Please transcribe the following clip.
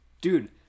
Dude